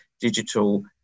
digital